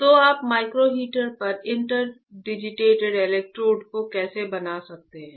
तो आप micro heater पर इस इंटरडिजिटेटेड इलेक्ट्रोड को कैसे बना सकते हैं